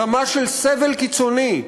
רמה של סבל קיצוני,